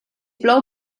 plou